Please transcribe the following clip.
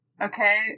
Okay